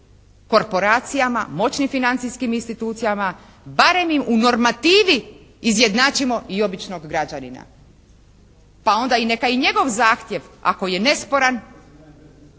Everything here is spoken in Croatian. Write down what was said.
korporacijama, moćnim financijskim institucijama barem im u normativi izjednačimo i običnog građanina. Pa onda neka i njegov zahtjev, ako je nesporan